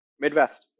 Midwest